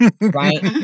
Right